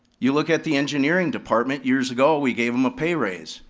you look at the engineering department years ago, we gave them a pay raise.